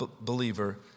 believer